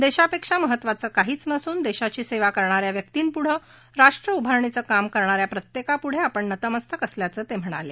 देशापेक्षा महत्त्वाचं काहीच नसुन देशाची सेवा करणाऱ्या व्यक्तींपूढे राष्ट्रउभारणीचं काम करणाऱ्या प्रत्येकापूढे आपण नतमस्तक असल्याचं ते म्हणाले